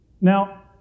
Now